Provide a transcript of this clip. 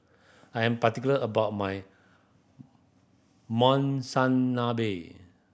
I am particular about my Monsunabe